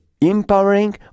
empowering